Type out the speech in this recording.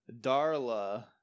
Darla